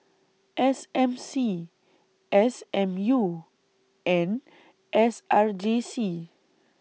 S M C S M U and S R J C